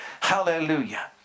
Hallelujah